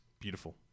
beautiful